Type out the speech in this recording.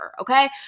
okay